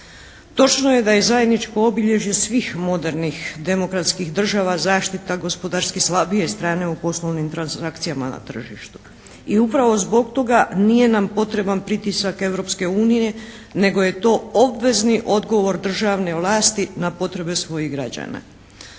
Točno je da je zajedničko obilježje svih modernih demokratskih država zaštite gospodarski slabije strane u poslovnim transakcijama na tržištu. I upravo zbog toga nije nam potreban pritisak Europske unije, nego je to obvezni odgovor državne vlasti na potrebe svojih građana.